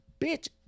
bitch